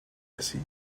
رسی